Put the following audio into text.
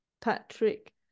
Patrick